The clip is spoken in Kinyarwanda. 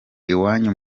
iwanyu